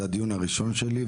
זה הדיון הראשון שלי,